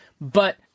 but-